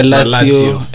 Lazio